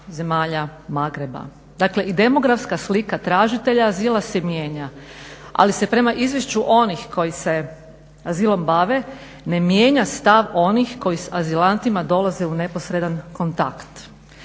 zemalja Magreba. Dakle, i demografska slika tražitelja azila se mijenja. Ali se prema izvješću onih koji se azilom bave ne mijenja stav onih koji s azilantima dolaze u neposredan kontakt.